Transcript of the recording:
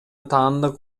таандык